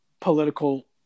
political